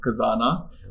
Kazana